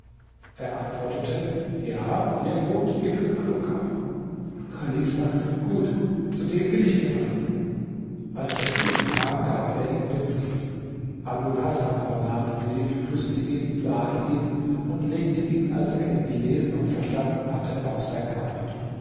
er antwortete ja hier wohnt ibn alukab chalif sagte gut zu dem will ich gerade als er zu ihm kam gab er ihm den brief abul hasan aber nahm den brief küßte ihn las ihn und legte ihn als er ihn gelesen und verstanden hatte auf sein haupt